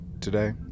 today